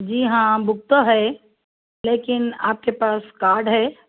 جی ہاں بک تو ہے لیکن آپ کے پاس کاڈ ہے